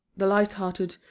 the lighthearted,